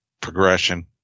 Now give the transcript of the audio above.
progression